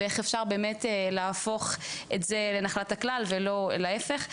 איך אפשר באמת להפוך את זה לנחלת הכלל ולא להיפך.